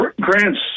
Grant's